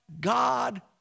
God